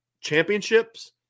championships